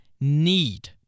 need